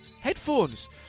Headphones